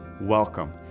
welcome